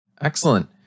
Excellent